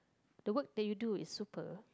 the work that you do is superb